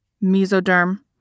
mesoderm